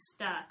stuck